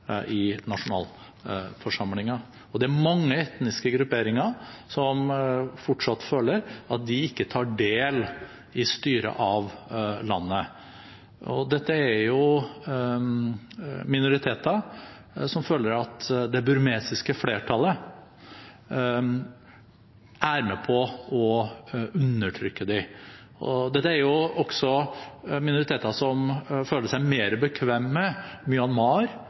i nasjonalforsamlingen. Det er mange etniske grupperinger som fortsatt føler at de ikke tar del i styret av landet. Dette er minoriteter som føler at det burmesiske flertallet er med på å undertrykke dem. Dette er også minoriteter som føler seg mer bekvemme med Myanmar